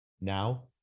Now